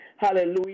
Hallelujah